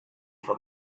for